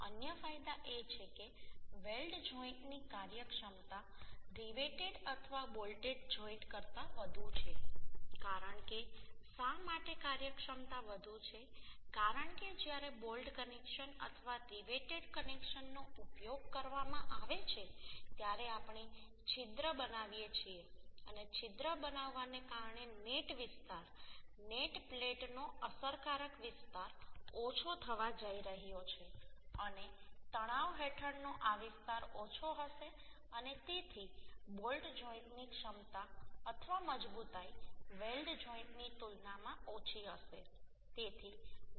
અન્ય ફાયદા એ છે કે વેલ્ડ જોઈન્ટની કાર્યક્ષમતા રિવેટેડ અથવા બોલ્ટેડ જોઈન્ટ કરતાં વધુ છે કારણ કે શા માટે કાર્યક્ષમતા વધુ છે કારણ કે જ્યારે બોલ્ટ કનેક્શન અથવા રિવેટેડ કનેક્શનનો ઉપયોગ કરવામાં આવે છે ત્યારે આપણે છિદ્ર બનાવીએ છીએ અને છિદ્ર બનાવવાને કારણે નેટ વિસ્તાર નેટ પ્લેટનો અસરકારક વિસ્તાર ઓછો થવા જઈ રહ્યો છે અને તણાવ હેઠળનો આ વિસ્તાર ઓછો હશે અને તેથી બોલ્ટ જોઈન્ટની ક્ષમતા અથવા મજબૂતાઈ વેલ્ડ જોઈન્ટની તુલનામાં ઓછી હશે